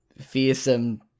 fearsome